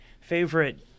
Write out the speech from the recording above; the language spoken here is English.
favorite